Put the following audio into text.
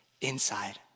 inside